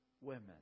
women